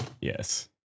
yes